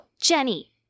jenny